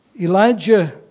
Elijah